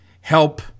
help